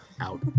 Out